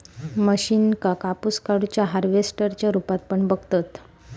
मशीनका कापूस काढुच्या हार्वेस्टर च्या रुपात पण बघतत